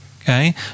Okay